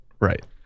Right